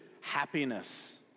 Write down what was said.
happiness